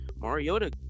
Mariota